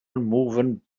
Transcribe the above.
movement